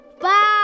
Bye